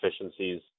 efficiencies